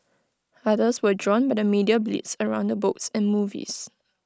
others were drawn by the media blitz around the books and movies